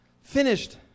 finished